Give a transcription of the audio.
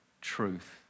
truth